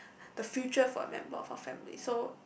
the future for the member of our family so